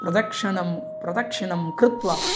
प्रदक्षणं प्रदक्षिणां कृत्वा